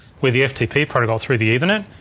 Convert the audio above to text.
with the ftp protocol through the ethernet.